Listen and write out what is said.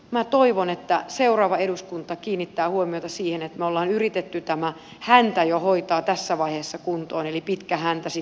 minä toivon että seuraava eduskunta kiinnittää huomiota siihen että me olemme yrittäneet tämän hännän jo hoitaa tässä vaiheessa kuntoon eli pitkän hännän sitten kun tämä hallituskausi loppuu